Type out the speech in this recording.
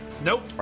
Nope